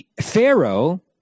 Pharaoh